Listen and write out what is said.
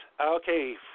Okay